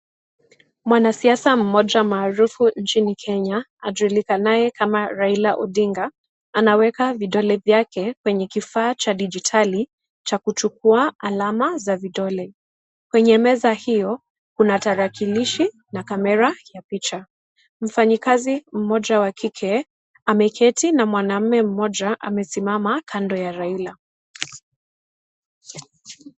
Mwanasiasa mmoja maarufu nchini Kenya, ajulikanaye kama Raila Odinga, anaweka vidole vyake kwenye kifaa cha dijitali cha kuchukua alama za vidole. Kwenye meza hiyo, kuna tarakilishi na kamera ya picha. Mfanyakazi mmoja wa kike, ameketi na mwanamume mmoja amesimama kando ya Raila.